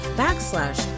backslash